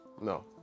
No